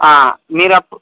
మీరు అప్